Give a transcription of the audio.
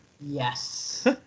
Yes